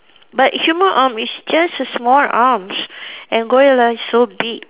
but human arm is just a small arms and gorilla is so big